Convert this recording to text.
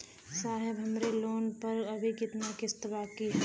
साहब हमरे लोन पर अभी कितना किस्त बाकी ह?